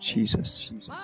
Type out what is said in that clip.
Jesus